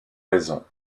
raisons